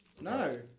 No